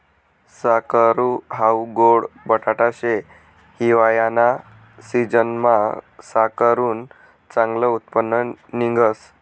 साकरू हाऊ गोड बटाटा शे, हिवायाना सिजनमा साकरुनं चांगलं उत्पन्न निंघस